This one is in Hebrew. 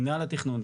מינהל התכנון,